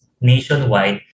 nationwide